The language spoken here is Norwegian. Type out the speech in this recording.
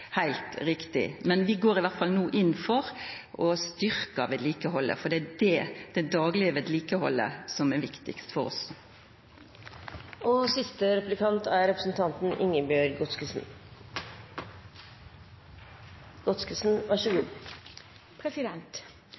riktig. Men vi går iallfall no inn for å styrkja vedlikehaldet, for det er det – det daglege vedlikehaldet – som er viktig for oss. Med en Høyre–Fremskrittsparti-regjering blir det betydelig flere midler til jernbaneinfrastrukturen, og